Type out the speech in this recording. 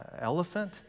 elephant